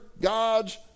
God's